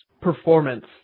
performance